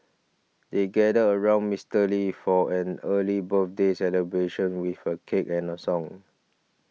they gathered around Mister Lee for an early birthday celebration with a cake and a song